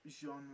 Genre